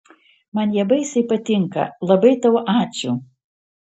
man jie baisiai patinka labai tau ačiū